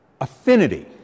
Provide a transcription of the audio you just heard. affinity